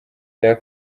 cya